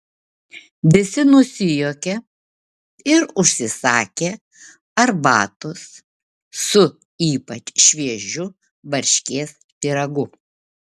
visi nusijuokė ir užsisakė arbatos su ypač šviežiu varškės pyragu